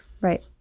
Right